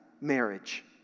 marriage